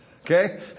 Okay